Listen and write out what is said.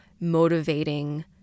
motivating